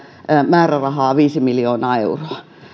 määrärahaa viisi miljoonaa euroa